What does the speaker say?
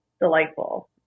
delightful